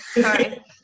sorry